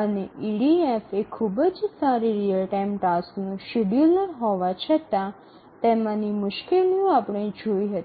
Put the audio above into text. અને ઇડીએફ એ ખૂબ જ સારી રીઅલ ટાઇમ ટાસક્સનું શેડ્યૂલર હોવા છતાં તેમાંની મુશ્કેલીઓ આપણે જોઈ હતી